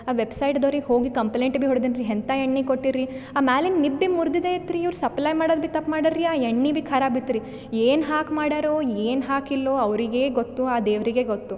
ಆ ವೆಬ್ಸೈಡ್ದೊರಿಗೆ ಹೋಗಿ ಕಂಪ್ಲೇಂಟ್ ಬಿ ಹೊಡೆದಿನ್ರಿ ಎಂಥ ಎಣ್ಣೆ ಕೊಟ್ಟಿರ್ರಿ ಆ ಮ್ಯಾಲಿನ ನಿಬ್ಬೆ ಮುರಿದೆದೆತ್ರಿ ಇವ್ರು ಸಪ್ಲೈ ಮಾಡೋದ್ ಬಿ ತಪ್ಪು ಮಾಡ್ಯಾರ್ರಿ ಆ ಎಣ್ಣೆ ಬಿ ಖರಾಬ್ ಇತ್ತು ರೀ ಏನು ಹಾಕಿ ಮಾಡ್ಯಾರೋ ಏನು ಹಾಕಿಲ್ಲೋ ಅವರಿಗೆ ಗೊತ್ತು ಆ ದೇವರಿಗೆ ಗೊತ್ತು